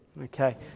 Okay